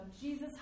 Jesus